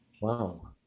Wow